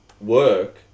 work